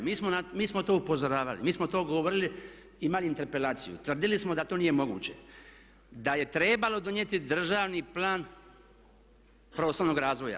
Mi smo to upozoravali, mi smo to govorili, imali interpelaciju, tvrdili smo da to nije moguće, da je trebalo donijeti državni plan prostornog razvoja.